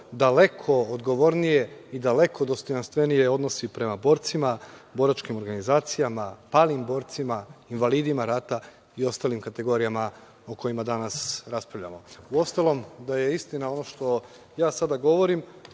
daleko odgovornije i daleko dostojanstvenije odnosi prema borcima, boračkim organizacijama, palim borcima, invalidima rata i ostalim kategorijama o kojima danas raspravljamo. Uostalom, da je istina ono što ja sada govorim